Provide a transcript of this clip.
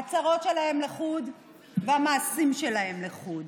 אז ההצהרות שלהם לחוד והמעשים שלהם לחוד,